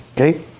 Okay